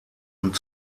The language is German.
und